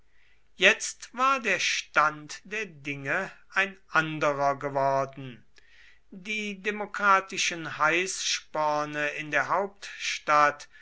jetzt war der stand der dinge ein anderer geworden die demokratischen heißsporne in der hauptstadt